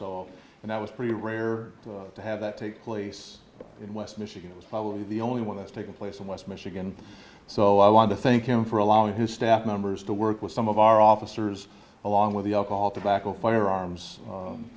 all and that was pretty rare to have that take place in west michigan probably the only one that's taking place in west michigan so i want to thank him for allowing his staff members to work with some of our officers along with the alcohol tobacco firearms